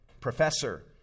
professor